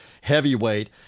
heavyweight